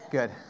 good